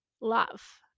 love